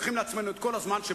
טוב, יש לנו פה עוד זמן.